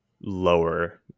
lower